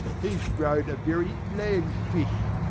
he's grown a very land fish,